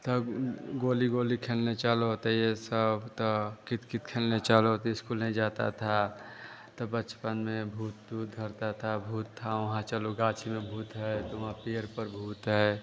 तब गुल्ली गुल्ली खेलने चलो तो ये सब तो कितकित खेलने चलो तो स्कुल नहीं जाते थे तो बचपन में भूत ऊत डरता था भूत है वहाँ चलो गाची में भूत है तो वहाँ पेड़ पर भूत है